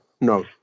no